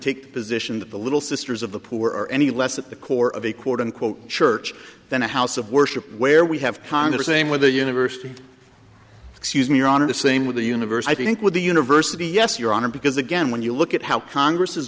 take position that the little sisters of the poor are any less at the core of a quote unquote church than a house of worship where we have condor same with a university excuse me your honor the same with the universe i think with the university yes your honor because again when you look at how congress has